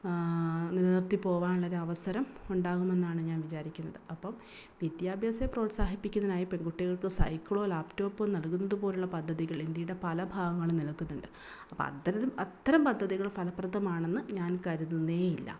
നിലനിർത്തി പോകാനുള്ളൊരവസരം ഉണ്ടാകുമെന്നാണ് ഞാൻ വിചാരിക്കുന്നത് അപ്പം വിദ്യാഭ്യാസത്തെ പ്രോത്സാഹിപ്പിക്കുന്നതിനായി പെൺകുട്ടികൾക്ക് സൈക്കിളോ ലാപ്പ് ടോപ്പോ നൽകുന്നത് പോലെയുള്ള പദ്ധ്തികൾ ഇന്ത്യയുടെ പല ഭാഗങ്ങളിലും നിലനിൽക്കുന്നുണ്ട് അപ്പം അത്തരം അത്തരം പദ്ധതികൾ ഫലപ്രദമാണെന്നു ഞാൻ കരുതുന്നേ ഇല്ല